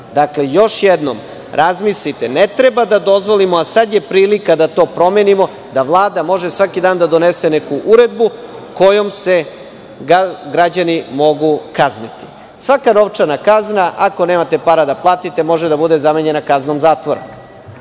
još jednom razmislite. Ne treba da dozvolimo, a sada je prilika da to promenimo, da Vlada može svaki dan da donese neku uredbu kojom se građani mogu kazniti. Svaka novčana kazna, ako nemate para da platite, može da bude zamenjena kaznom zatvora.